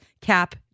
cap